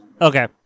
Okay